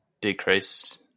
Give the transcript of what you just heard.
decrease